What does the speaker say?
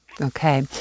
Okay